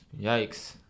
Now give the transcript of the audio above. Yikes